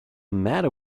matter